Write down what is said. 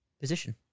position